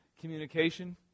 communication